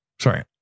Sorry